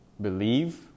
believe